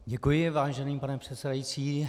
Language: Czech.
Děkuji, vážený pane předsedající.